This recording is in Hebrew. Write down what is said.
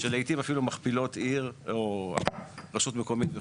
שלעיתים אפילו מכפילות עיר או רשות מקומית וכולה.